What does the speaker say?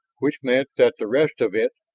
which meant that the rest of it,